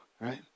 right